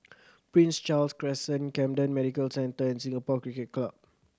Prince Charles Crescent Camden Medical Centre and Singapore Cricket Club